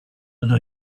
and